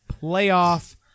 playoff